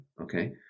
okay